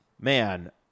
Man